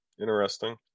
interesting